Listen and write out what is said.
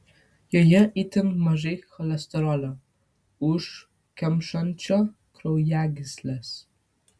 joje itin mažai cholesterolio užkemšančio kraujagysles